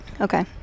Okay